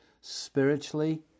spiritually